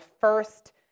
first